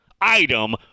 item